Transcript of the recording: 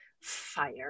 fire